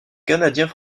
canadiens